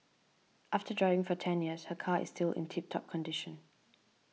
after driving for ten years her car is still in tip top condition